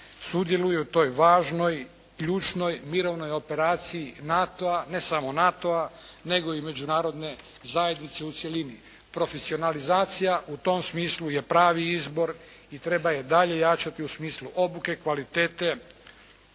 sudjeluju u toj važnoj ključnoj mirovnoj operaciji NATO-a, ne samo NATO-a nego i Međunarodne zajednice u cjelini. Profesionalizacija u tom smislu je pravi izbor i treba je dalje jačati u smislu obuke, kvalitete,